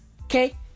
Okay